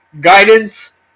guidance